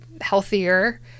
healthier